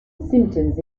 symptoms